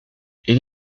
est